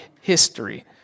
history